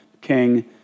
king